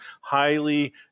highly